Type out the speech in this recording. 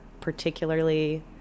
particularly